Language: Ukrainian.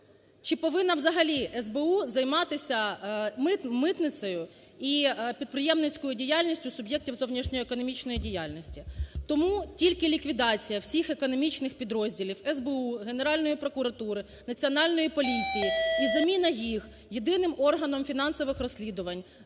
Чи повинно взагалі СБУ займатися митницею і підприємницькою діяльністю суб'єктів зовнішньоекономічної діяльності? Тому тільки ліквідація всіх економічних підрозділів СБУ, Генеральної прокуратури, Національної поліції і заміна їх єдиним органом фінансових розслідувань з